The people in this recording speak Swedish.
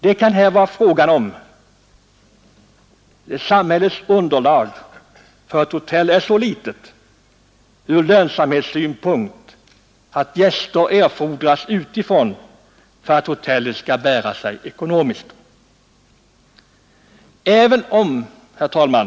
Det kan här vara fråga om att samhällets underlag för ett hotell är så litet från lönsamhetssynpunkt att gäster erfordras utifrån för att hotellet skall bära sig ekonomiskt. Herr talman!